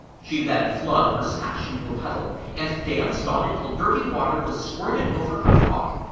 she then flung her sash into a puddle and danced on it till dirty water was squirted over her frock,